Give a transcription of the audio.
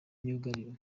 myugariro